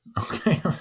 Okay